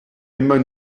immer